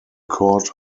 court